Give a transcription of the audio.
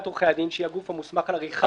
מלשכת עורכי הדין, שהיא הגוף המוסמך על עריכת דין.